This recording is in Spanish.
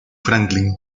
franklin